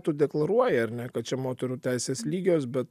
tu deklaruoji ar ne kad čia moterų teisės lygios bet